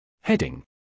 Heading